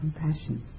compassion